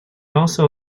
also